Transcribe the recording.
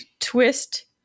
twist